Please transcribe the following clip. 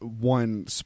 one